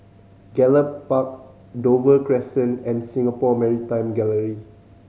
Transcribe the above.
Gallop Park Dover Crescent and Singapore Maritime Gallery